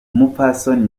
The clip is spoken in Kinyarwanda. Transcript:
umupfasoni